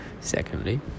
Secondly